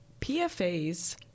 pfas